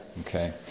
Okay